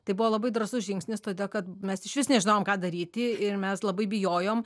tai buvo labai drąsus žingsnis todėl kad mes išvis nežinojom ką daryti ir mes labai bijojom